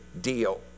deal